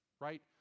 Right